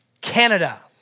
Canada